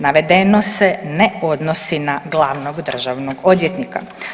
Navedeno se ne odnosi na glavnog državnog odvjetnika.